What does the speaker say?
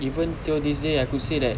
even till this day I could say that